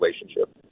relationship